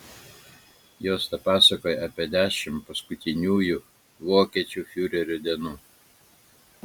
juosta pasakoja apie dešimt paskutiniųjų vokiečių fiurerio dienų